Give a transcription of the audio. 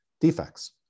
defects